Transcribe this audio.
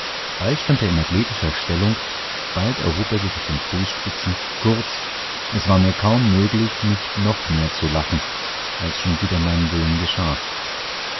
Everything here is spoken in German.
bald stand er in athletischer stellung bald erhob er sich auf den fußspitzen kurz es war mir kaum möglich nicht noch mehr zu lachen als schon wider meinen willen geschah